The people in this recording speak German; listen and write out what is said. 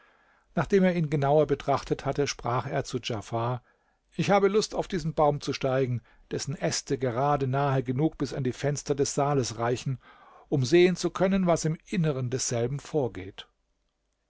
nachdem er ihn genauer betrachtet hatte sprach er zu djafar ich habe lust auf diesen baum zu steigen dessen äste gerade nahe genug bis an die fenster des saales reichen um sehen zu können was im inneren desselben vorgeht